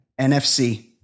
NFC